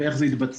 ואיך זה יתבצע.